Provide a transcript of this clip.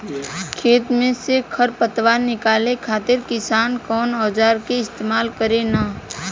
खेत में से खर पतवार निकाले खातिर किसान कउना औजार क इस्तेमाल करे न?